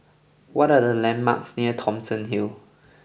what are the landmarks near Thomson Hill